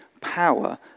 power